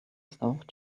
stauch